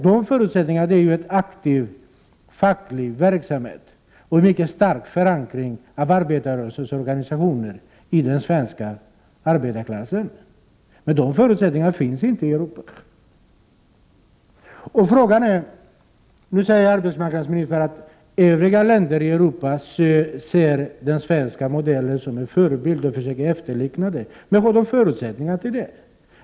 De förutsättningarna är en aktiv facklig verksamhet och en mycket stark förankring av arbetarrörelsens organisationer i den svenska arbetarklassen. De förutsättningarna finns inte i Europa. Arbetsmarknadsministern säger vidare att övriga länder i Europa ser den svenska modellen som en förebild och försöker efterlikna den. Men har de förutsättningar för det?